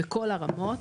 בכל הרמות,